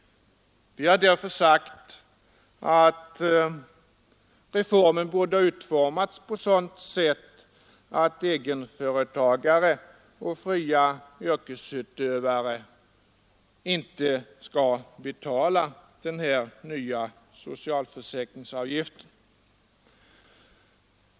Vi har därför sagt att reformen borde ha utformats på sådant sätt att egenföretagare och fria yrkesutövare inte skall betala den här nya socialförsäkringsavgiften.